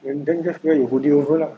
then then just wear your hoodie over lah